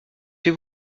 chez